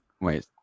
Wait